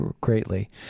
greatly